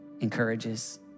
encourages